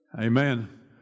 Amen